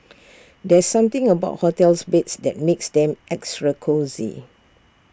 there's something about hotels beds that makes them extra cosy